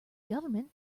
government